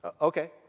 Okay